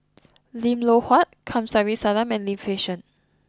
Lim Loh Huat Kamsari Salam and Lim Fei Shen